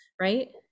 right